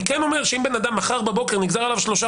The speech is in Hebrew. אני כן אומר שאם בן אדם מחר בבוקר נגזרו עליו ארבעה